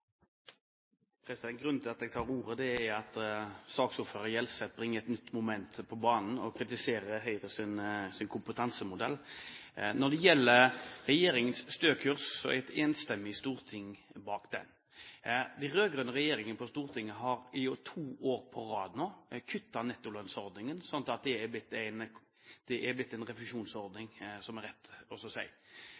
Grunnen til at jeg tar ordet, er at saksordfører Gjelseth bringer et nytt moment på banen og kritiserer Høyres kompetansemodell. Når det gjelder regjeringens Stø kurs, står et enstemmig storting bak den. Den rød-grønne regjeringen har to år på rad nå kuttet i nettolønnsordningen, slik at det er blitt en refusjonsordning. Det